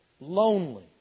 Lonely